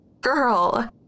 Girl